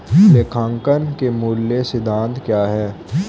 लेखांकन के मूल सिद्धांत क्या हैं?